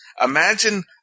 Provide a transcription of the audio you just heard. Imagine